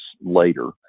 later